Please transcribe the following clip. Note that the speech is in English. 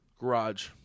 garage